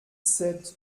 sept